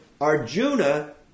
Arjuna